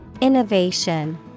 Innovation